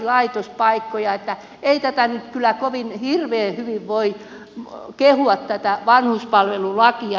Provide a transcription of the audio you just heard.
ei tätä nyt kyllä hirveän hyvin voi kehua tätä vanhuspalvelulakia